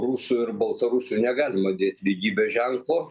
rusų ir baltarusių negalima dėti lygybės ženklo